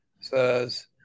says